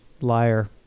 liar